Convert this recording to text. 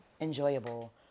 enjoyable